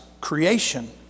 creation